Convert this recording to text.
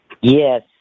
Yes